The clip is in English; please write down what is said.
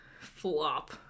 flop